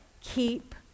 keep